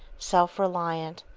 self-reliant,